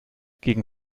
gegen